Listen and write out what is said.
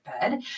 bed